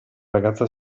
ragazza